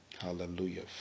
hallelujah